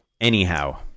Anyhow